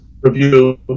review